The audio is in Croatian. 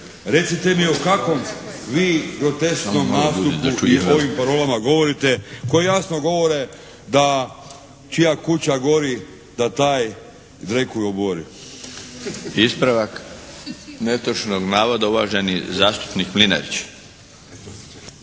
Recite mi o kakvom vi grotesknom nastupu i ovim parolama govorite koje jasno govore da čija kuća gori da taj dreku i obori. **Milinović, Darko (HDZ)** Ispravak netočnog navoda, uvaženi zastupnik Mlinarić.